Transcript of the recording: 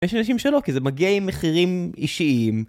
יש אנשים שלא, כי זה מגיע עם מחירים אישיים